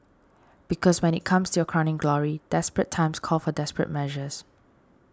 because when it comes to your crowning glory desperate times call for desperate measures